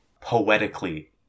poetically